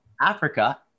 Africa